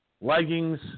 leggings